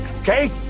Okay